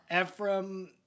Ephraim